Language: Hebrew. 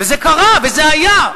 וזה קרה וזה היה,